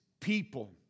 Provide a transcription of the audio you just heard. people